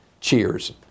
Cheers